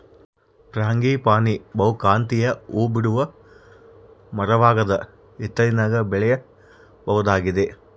frangipani ಬಹುಕಾಂತೀಯ ಹೂಬಿಡುವ ಮರವಾಗದ ಹಿತ್ತಲಿನಾಗ ಬೆಳೆಯಬಹುದಾಗಿದೆ